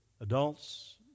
adults